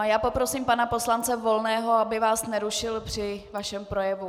Já poprosím pana poslance Volného, aby vás nerušil při vašem projevu.